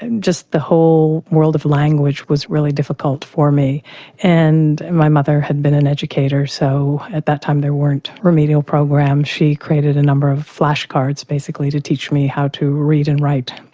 and just the whole world of language was really difficult for me and my mother had been an educator so at that time there weren't remedial programs. she created a number of flash cards basically to teach me how to read and write.